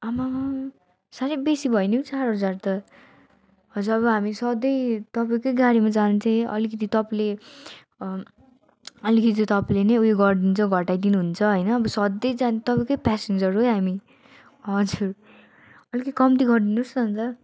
आमामा साह्रै बेसी भएन चार हजार त हजुर अब हामी सधैँ तपाईँकै गाडीमा जान्थ्येँ अलिकति तपाईँले अलिकति तपाईँले नै उयो गरिदिनुहुन्छ घटाइहुन्छ होइन अब सधैँ जाने तपाईँकै प्यासेन्जर है हामी हजुर अलिकति कम्ती गरिदिनुहोस् न ल